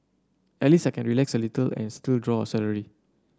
at least I can relax a little and still draw a salary